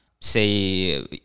say